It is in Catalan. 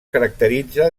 caracteritza